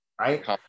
right